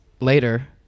later